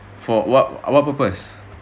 for what what purpose